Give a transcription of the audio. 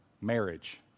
Marriage